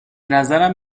نظرم